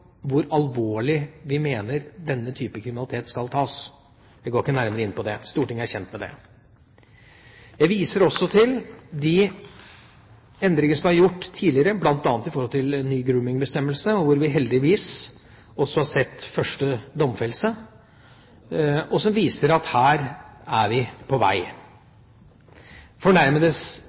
hvor alvorlig vi mener denne typen kriminalitet skal tas. Jeg går ikke nærmere inn på det. Stortinget er kjent med det. Jeg viser også til de endringene som er gjort tidligere, bl.a. med hensyn til ny grooming-bestemmelse, hvor vi heldigvis har sett første domfellelse, noe som viser at vi er på vei. Fornærmedes